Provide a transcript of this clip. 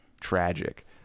tragic